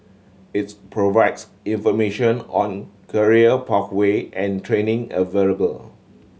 its provides information on career pathway and training available